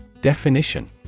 Definition